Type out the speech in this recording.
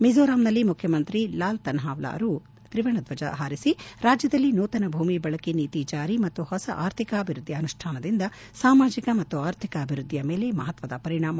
ಮಿಜೋರಾಂನಲ್ಲಿ ಮುಖ್ಚಮಂತ್ರಿ ಲಾಲ್ ತನ್ನಾವ್ಲಾ ಅವರು ತ್ರಿವರ್ಣ ಧ್ವಜ ಹಾರಿಸಿ ರಾಜ್ಯದಲ್ಲಿ ನೂತನ ಭೂಮಿ ಬಳಕೆ ನೀತಿ ಜಾರಿ ಮತ್ತು ಹೊಸ ಆರ್ಥಿಕಾಭಿವೃದ್ಧಿಯ ಅನುಷ್ಠಾನದಿಂದ ಸಾಮಾಜಿಕ ಮತ್ತು ಆರ್ಥಿಕ ಅಭಿವೃದ್ಧಿಯ ಮೇಲೆ ಮಹತ್ವದ ಪರಿಣಾಮ ಉಂಟಾಗಿದೆ ಎಂದು ಹೇಳಿದರು